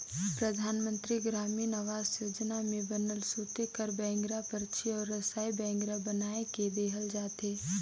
परधानमंतरी गरामीन आवास योजना में बनल सूते कर बइंगरा, परछी अउ रसई बइंगरा बनाए के देहल जाथे